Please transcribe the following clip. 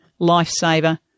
lifesaver